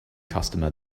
customer